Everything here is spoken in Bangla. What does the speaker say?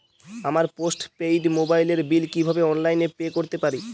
আমার পোস্ট পেইড মোবাইলের বিল কীভাবে অনলাইনে পে করতে পারি?